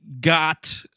got